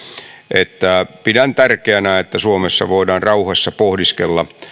että pidän tärkeänä että suomessa voidaan rauhassa pohdiskella